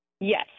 Yes